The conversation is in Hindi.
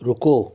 रुको